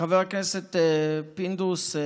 חבר הכנסת פינדרוס,